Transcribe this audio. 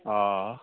آ